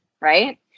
right